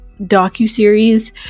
docuseries